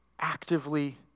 actively